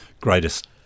greatest